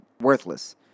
worthless